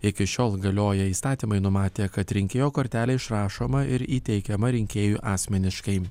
iki šiol galioję įstatymai numatė kad rinkėjo kortelė išrašoma ir įteikiama rinkėjui asmeniškai